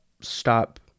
stop